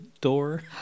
door